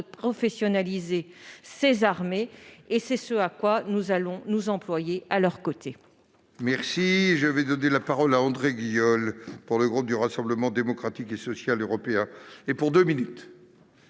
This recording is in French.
de professionnaliser ces armées : c'est ce à quoi nous allons nous employer à leurs côtés.